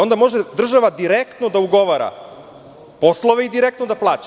Onda može država direktno da ugovara poslove i direktno da plaća.